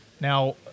Now